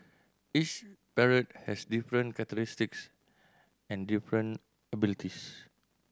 each parrot has different characteristics and different abilities